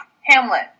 Hamlet